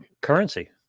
currency